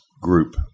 group